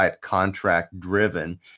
contract-driven